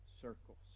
circles